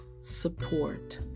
support